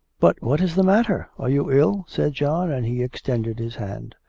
but what is the matter. are you ill said john, and he extended his hand.